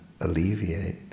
alleviate